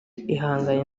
ihanganye